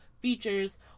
Features